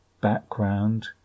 background